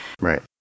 Right